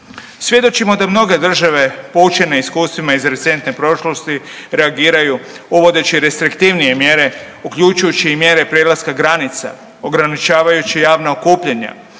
Svjedočimo da mnoge države poučene iskustvima iz recentne prošlosti reagiraju uvodeći restriktivnije mjere uključujući i mjere prelaska granica, ograničavajući javna okupljanja,